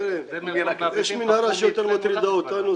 יש מנהרה שיותר מטרידה אותנו,